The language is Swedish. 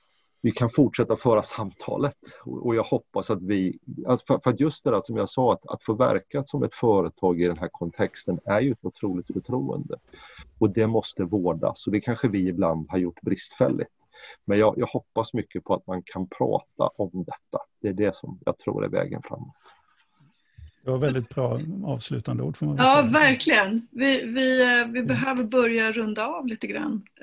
vi kan fortsätta föra samtalet. Och- och jag hoppas att vi- alltså för- för att just det här som jag sa, att- att få verka som ett företag i den här kontexten är ju ett otroligt förtroende. Och det måste vårdas. Och det kanske vi ibland har gjort bristfälligt. Men jag- jag hoppas mycket på att man kan prata om detta. Det är det som jag tror är vägen framåt. Det var väldigt bra avslutande ord, får man väl Ja, säga. verkligen. Vi- vi, eh, vi Mm. behöver börja runda av lite grann.